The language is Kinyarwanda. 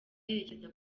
yerekeza